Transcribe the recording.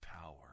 power